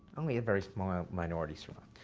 only a very small minority survived.